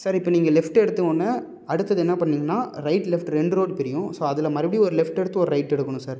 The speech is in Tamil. சார் இப்போ நீங்கள் லெஃப்ட்டு எடுத்த ஒன்னே அடுத்தது என்ன பண்ணிங்கன்னா ரைட் லெஃப்ட் ரெண்டு ரோடு பிரியும் ஸோ அதில் மறுப்புடியும் ஒரு லெஃப்ட்டு எடுத்து ஒரு ரைட் எடுக்கணும் சார்